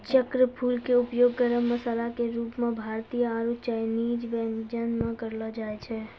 चक्रफूल के उपयोग गरम मसाला के रूप मॅ भारतीय आरो चायनीज व्यंजन म करलो जाय छै